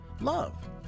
Love